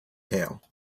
tail